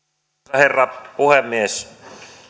herra puhemies